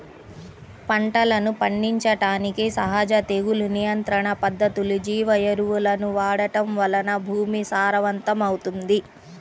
పంటలను పండించడానికి సహజ తెగులు నియంత్రణ పద్ధతులు, జీవ ఎరువులను వాడటం వలన భూమి సారవంతమవుతుంది